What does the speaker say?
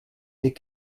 des